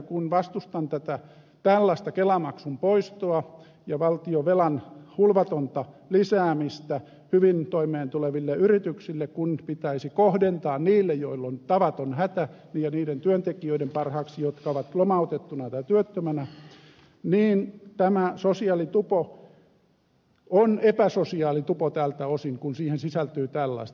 kun vastustan tätä tällaista kelamaksun poistoa ja valtionvelan hulvatonta lisäämistä hyvin toimeentuleville yrityksille kun pitäisi kohdentaa niille joilla on tavaton hätä ja niiden työntekijöiden parhaaksi jotka ovat lomautettuina tai työttömänä niin tämä sosiaalitupo on epäsosiaalitupo tältä osin kun siihen sisältyy tällaista